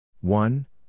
one